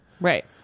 Right